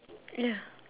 ya